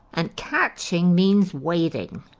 and catching means waiting.